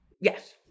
yes